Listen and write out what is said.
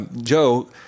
Joe